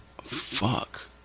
fuck